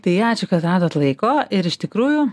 tai ačiū kad radot laiko ir iš tikrųjų